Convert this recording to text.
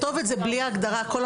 אין בעיה,